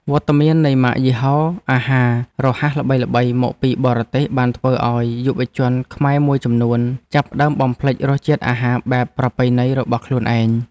វត្តមាននៃម៉ាកយីហោអាហាររហ័សល្បីៗមកពីបរទេសបានធ្វើឲ្យយុវជនខ្មែរមួយចំនួនចាប់ផ្តើមបំភ្លេចរសជាតិអាហារបែបប្រពៃណីរបស់ខ្លួនឯង។